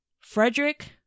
Frederick